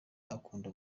akunda